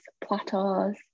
plateaus